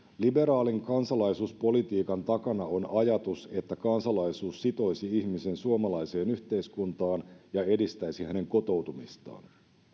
liberaalin kansalaisuuspolitiikan takana on ajatus että kansalaisuus sitoisi ihmisen suomalaiseen yhteiskuntaan ja edistäisi hänen kotoutumistaan